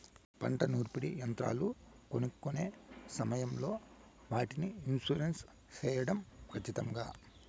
పంట నూర్పిడి యంత్రాలు కొనుక్కొనే సమయం లో వాటికి ఇన్సూరెన్సు సేయడం ఖచ్చితంగా?